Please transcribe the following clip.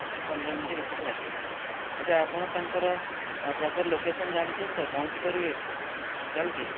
ଦଶରୁ ପନ୍ଦର ମିନିଟ ଭିତରେ ଲାଗିବ ଆଚ୍ଛା ଆପଣ ତାଙ୍କର ପ୍ରପର୍ ଲୋକେସନ୍ ଜାଣିଛନ୍ତି ତ ପହଞ୍ଚିପାରିବେ ଜଲଦି